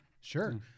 Sure